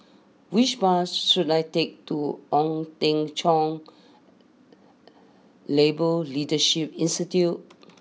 which bus should I take to Ong Teng Cheong Labour Leadership Institute